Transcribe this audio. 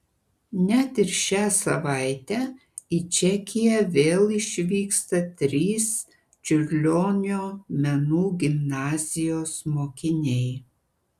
net ir šią savaitę į čekiją vėl išvyksta trys čiurlionio menų gimnazijos mokiniai